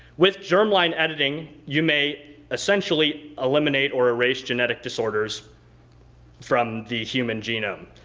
with germline editing you may essentially eliminate or erase genetic disorders from the human genome.